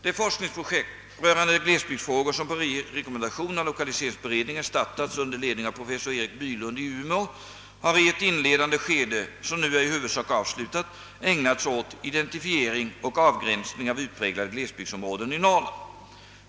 Det forskningsprojekt rörande glesbygdsfrågor, som på rekommendation av lokaliseringsberedningen startats under ledning av professor Erik Bylund i Umeå, har i ett inledande skede, som nu är i huvudsak avslutat, ägnats åt identifiering och avgränsning av utpräglade glesbygdsområden i Norrland.